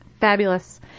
Fabulous